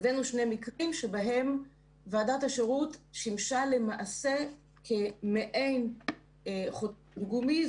הבאנו שני מקרים שבהם ועדת השירות שימשה למעשה כמעין חותמת גומי,